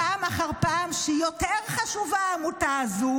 חבר הכנסת טיבי,